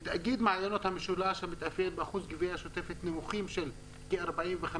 בתאגיד מעיינות המשולש המתאפיין באחוזי גביה שוטפת נמוכים של כ־45%,